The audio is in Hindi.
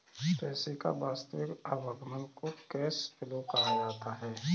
पैसे का वास्तविक आवागमन को कैश फ्लो कहा जाता है